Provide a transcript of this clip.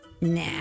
Nah